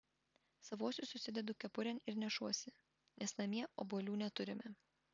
savuosius susidedu kepurėn ir nešuosi nes namie obuolių neturime